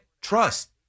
trust